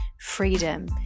freedom